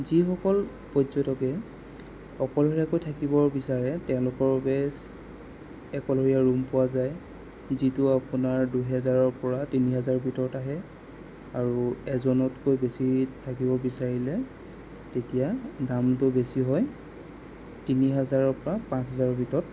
যিসকল পৰ্যটকে অকলশৰীয়াকৈ থাকিব বিচাৰে তেওঁলোকৰ বাবে অকলশৰীয়া ৰূম পোৱা যায় যিটো আপোনাৰ দুহেজাৰ পৰা তিনি হেজাৰ ভিতৰত আহে আৰু এজনতকৈ বেছি থাকিব বিচাৰিলে তেতিয়া দামটো বেছি হয় তিনি হেজাৰৰ পৰা পাঁচ হেজাৰৰ ভিতৰত